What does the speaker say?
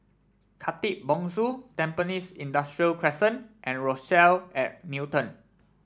Khatib Bongsu Tampines Industrial Crescent and Rochelle at Newton